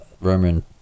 Roman